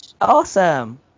Awesome